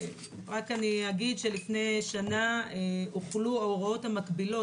לפני שנה הוחלו ההוראות המקבילות,